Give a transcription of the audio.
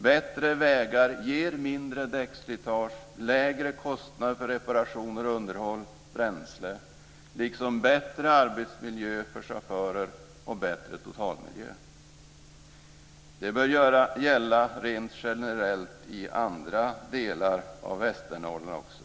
Bättre vägar ger mindre däcksslitage, lägre kostnader för reparationer, underhåll och bränsle samt en bättre arbetsmiljö för chaufförer och en bättre totalmiljö. Det bör gälla rent generellt i andra delar av Västernorrland också.